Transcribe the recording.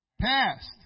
past